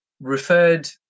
referred